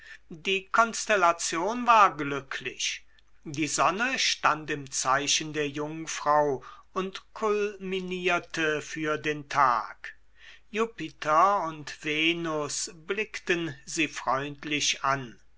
die konstellation war glücklich die sonne stand im zeichen der jungfrau und kulminierte für den tag jupiter und venus blickten sie freundlich an